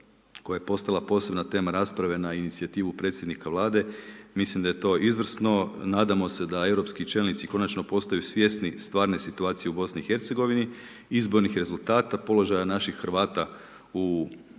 koja je postala posebna tema rasprave na inicijativu predsjednika Vlada, mislim da je to izvrsno nadamo se da europski čelnici konačno postaju svjesni stvarne situacije u BiH, izbornih rezultata, položaja naših Hrvata u BiH,